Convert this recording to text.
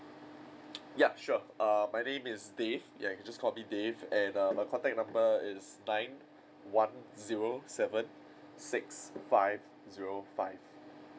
yup sure err my name is dave ya you can just call me dave and err my contact number is nine one zero seven six five zero five